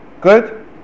Good